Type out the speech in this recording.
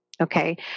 Okay